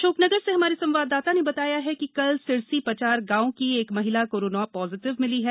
अशोकनगर से हमारे संवाददाता ने बताया है कि कल सिरसी पचार गांव की एक महिला कोरोना पॉजिटिव मिली है